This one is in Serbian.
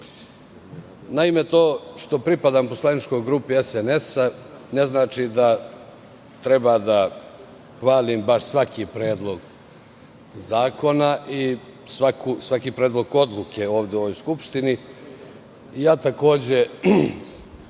to što pripadam poslaničkoj grupi SNS ne znači da treba da hvalim baš svaki predlog zakona i svaki predlog odluke ovde u ovoj Skupštini.